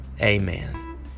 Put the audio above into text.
Amen